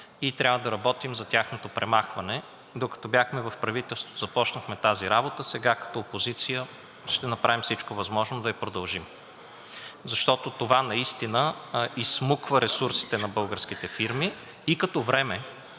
и трябва да работим за тяхното премахване. Докато бяхме в правителството, започнахме тази работа, сега като опозиция ще направим всичко възможно да я продължим, защото това наистина изсмуква ресурсите на българските фирми и като време